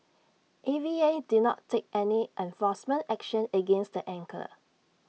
A V A did not take any enforcement action against the angler